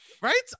Right